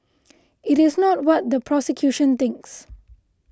it is not what the prosecution thinks